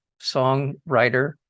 songwriter